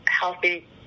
healthy